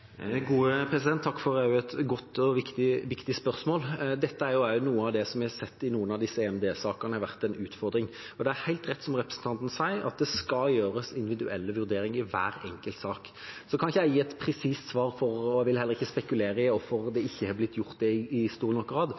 Takk for et godt og viktig spørsmål. Dette er jo også noe av det vi har sett har vært en utfordring i noen av EMD-sakene. Det er helt rett, som representanten sier, at det skal gjøres individuelle vurderinger i hver enkelt sak. Jeg kan ikke gi et presist svar, og jeg vil heller ikke spekulere i hvorfor det ikke er blitt gjort i stor nok grad, men det